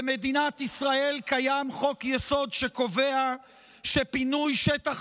במדינת ישראל קיים חוק-יסוד שקובע שפינוי שטח